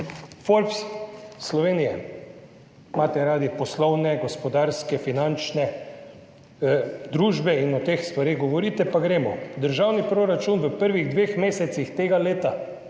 Forbes Slovenija, radi imate poslovne, gospodarske, finančne družbe in o teh stvareh govorite, pa gremo. Državni proračun v prvih dveh mesecih tega leta,